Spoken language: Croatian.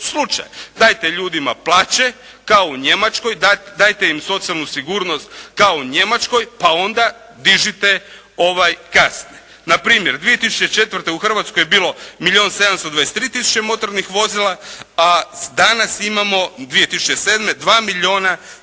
slučaj. Dajte ljudima plaće kao u Njemačkoj, dajte im socijalnu sigurnost kao u Njemačkoj pa onda dižite kazne. Na primjer, 2004. je u Hrvatskoj bilo milijun 723 tisuće motornih vozila, a danas imamo, 2007. 2